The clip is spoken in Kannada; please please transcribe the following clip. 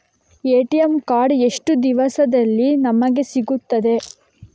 ಎ.ಟಿ.ಎಂ ಕಾರ್ಡ್ ಎಷ್ಟು ದಿವಸದಲ್ಲಿ ನಮಗೆ ಸಿಗುತ್ತದೆ?